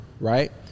right